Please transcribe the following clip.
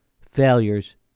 failures